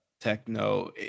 techno